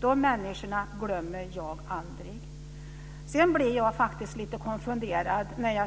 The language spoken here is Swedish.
Dessa människor glömmer jag aldrig. Sedan blev jag lite konfunderad när jag